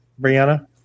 Brianna